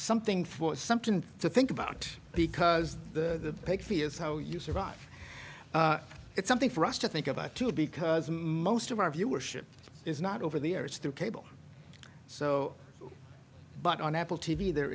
something for something to think about because the big fear is how you survive it's something for us to think about too because most of our viewership is not over the years through cable so but on apple t v there